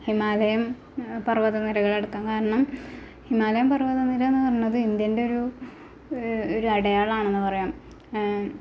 ഹിമാലയം പർവ്വതനിരകൾ എടുക്കാം കാരണം ഹിമാലയ പർവ്വതനിര എന്ന് പറയുന്നത് ഇന്ത്യൻ്റെ ഒരു ഒരു അടയാളമാണെന്ന് പറയാം